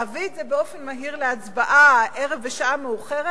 להביא את זה באופן מהיר להצבעה הערב בשעה מאוחרת